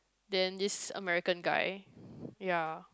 then this American guy ya